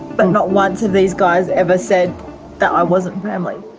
but not once have these guys ever said that i wasn't family.